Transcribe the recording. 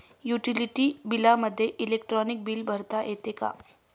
Utility बिलामध्ये electronic bill भरता येते का?